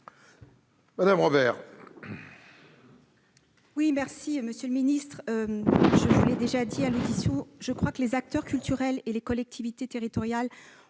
madame Robert,